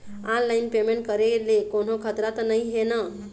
Online payment करे ले कोन्हो खतरा त नई हे न?